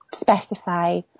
specify